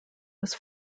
was